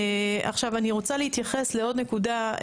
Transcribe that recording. עכשיו, אני רוצה להתייחס לעוד נקודה.